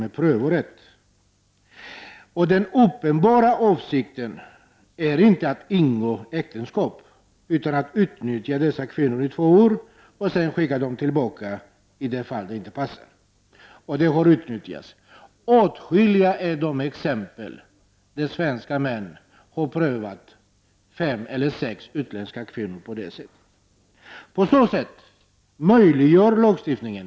Den uppenbara avsikten för dessa män är inte att de skall ingå äktenskap, utan att de skall utnyttja dessa kvinnor i två år och sedan skicka tillbaka dem i de fall de inte passar. Det har utnyttjats. Åtskilliga är de exempel där svenska män har prövat fem eller sex utländska kvinnor på detta sätt.